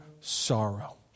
sorrow